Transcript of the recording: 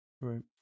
right